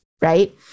right